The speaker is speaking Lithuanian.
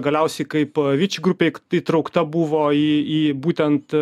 galiausiai kaip viči grupeik įtraukta buvo į į būtent